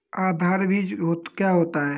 आधार बीज क्या होता है?